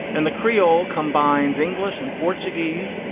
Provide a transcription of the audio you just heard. and the creole combines english and portuguese,